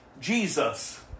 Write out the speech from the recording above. Jesus